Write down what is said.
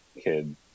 kid